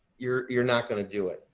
you're you're not going to do it.